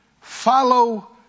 Follow